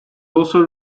also